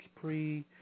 pre